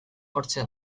hortxe